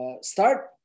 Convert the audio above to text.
start